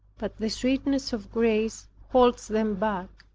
but the sweetness of grace holds them back.